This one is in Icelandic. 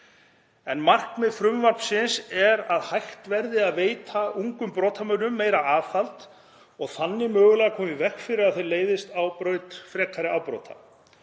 „Markmið frumvarpsins er að hægt verði að veita ungum brotamönnum meira aðhald og þannig mögulega koma í veg fyrir að þeir leiðist á braut frekari afbrota.